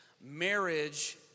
marriage